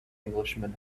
englishman